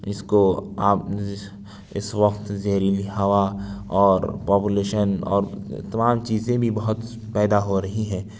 اس کو آپ اس وقت زہریلی ہوا اور پاپولیشن اور تمام چیزیں بھی بہت پیدا ہو رہی ہیں